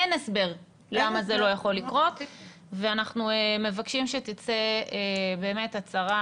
אין הסבר למה זה לא יכול לקרות ואנחנו מבקשים שתצא באמת הצהרה